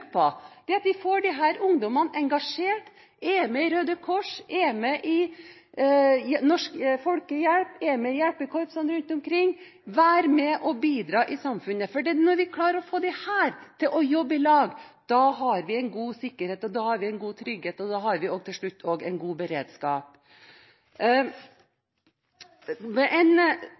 det frivilligheten bygger på, at vi får disse ungdommene engasjert, at de er med i hjelpekorpsene rundt omkring, i Røde Kors, i Norsk Folkehjelp, at de er med og bidrar i samfunnet. Når vi klarer å få disse til å jobbe i lag, har vi en god sikkerhet, en god trygghet, og da har vi til slutt også en god beredskap. Vi hadde en